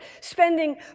spending